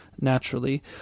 naturally